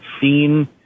seen